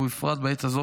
ובפרט בעת הזו,